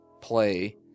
play